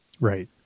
Right